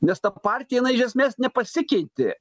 nes ta partija jinai iš esmės nepasikeitė